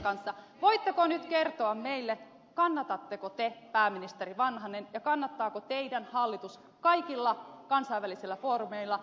voitteko nyt kertoa meille kannatatteko te pääministeri vanhanen ja kannattaako teidän hallituksenne kaikilla kansainvälisillä foorumeilla rahoitusmarkkinaveron käyttöönottoa